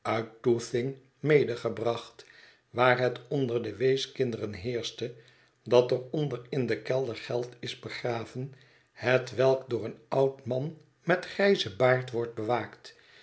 medegebracht waar het onder de weeskinderen heerschte dat er onder in den kelder geld is begraven hetwelk door een oud man met grijzen baard wordt bewaakt